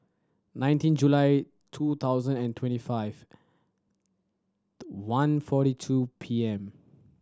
nineteen July two thousand and twenty five one forty two P M